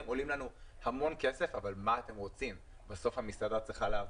עולים להם המון כסף אבל בסוף המסעדה צריכה לעבוד.